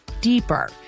deeper